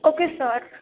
okay sir